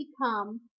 become